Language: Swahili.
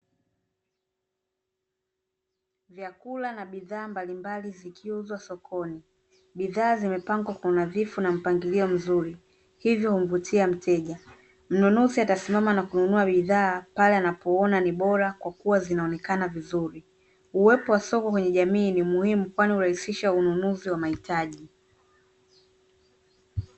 Vyakula na bidhaa mbalimbali zikiuzwa sokoni. Bidhaa zimepangwa kwa unadhifu na mpangilio mzuri, hivyo humvutia mteja. Mnunuzi atasimama na kununua bidhaa pale anapoona ni bora kwa kuwa zinaonekana vizuri. Uwepo wa soko kwenye jamii ni muhimu kwani hurahisisha ununuzi wa mahitaji.